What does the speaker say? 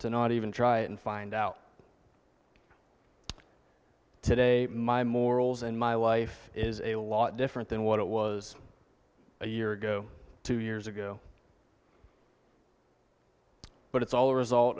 to not even try and find out today my morals and my life is a lot different than what it was a year ago two years ago but it's all a result